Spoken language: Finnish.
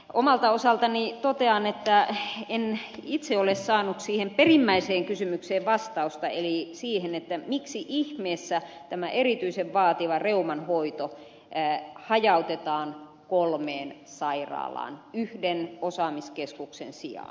omalta osaltani totean että en itse ole saanut siihen perimmäiseen kysymykseen vastausta eli siihen miksi ihmeessä tämä erityisen vaativa reuman hoito hajautetaan kolmeen sairaalaan yhden osaamiskeskuksen sijaan